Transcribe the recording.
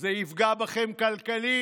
זה יפגע בכם כלכלית,